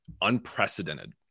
unprecedented